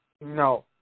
No